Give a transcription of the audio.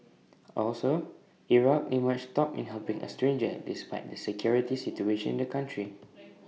also Iraq emerged top in helping A stranger despite the security situation in the country